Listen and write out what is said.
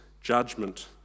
judgment